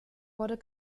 wurde